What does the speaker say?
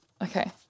Okay